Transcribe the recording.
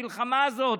המלחמה הזאת,